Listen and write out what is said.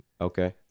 Okay